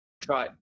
try